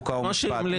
חוק ומשפט.